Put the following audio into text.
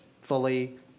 fully